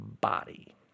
body